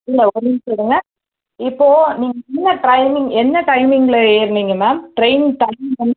இல்லை ஒரு நிமிஷம் இருங்க இப்போது நீங்கள் என்ன டைமிங் என்ன டைமிங்கில் ஏறினீங்க மேம் ட்ரெயின் டைமிங் வந்து